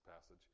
passage